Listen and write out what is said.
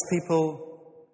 people